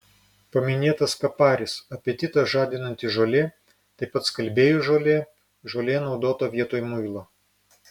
paminėtas kaparis apetitą žadinanti žolė taip pat skalbėjų žolė žolė naudota vietoj muilo